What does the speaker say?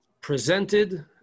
presented